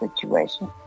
situation